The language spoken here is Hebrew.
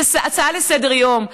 זו הצעה לסדר-יום.